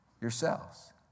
yourselves